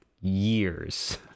years